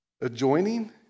Adjoining